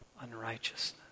unrighteousness